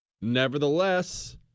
Nevertheless